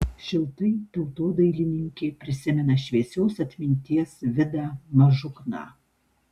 šiltai tautodailininkė prisimena šviesios atminties vidą mažukną